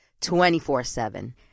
24-7